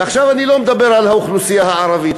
ועכשיו אני לא מדבר על האוכלוסייה הערבית,